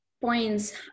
points